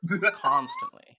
constantly